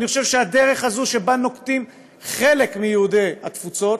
אני חושב שהדרך הזאת, שנוקטים חלק מיהודי התפוצות,